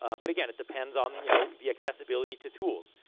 ah but again, it depends on you know the accessibility to tools.